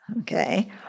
Okay